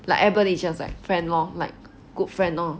like everybody is just like friend lor like good friend lor